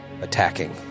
attacking